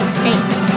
states